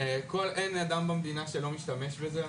אין אדם במדינה שלא משתמש בזה,